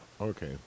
Okay